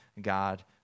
God